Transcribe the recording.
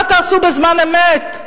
מה תעשו בזמן אמת?